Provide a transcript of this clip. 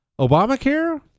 Obamacare